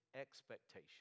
expectation